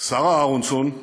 שרה אהרונסון,